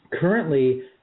Currently